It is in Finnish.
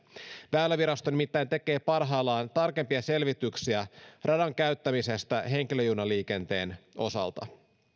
väylävirasto nimittäin tekee parhaillaan tarkempia selvityksiä radan käyttämisestä henkilöjunaliikenteen osalta